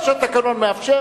מה שהתקנון מאפשר,